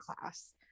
class